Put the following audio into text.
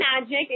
magic